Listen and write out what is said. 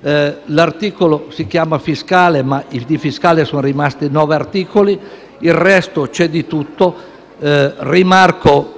provvedimento si chiama "fiscale", ma di fiscale sono rimasti nove articoli e per il resto c'è di tutto. Rimarco